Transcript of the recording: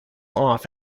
off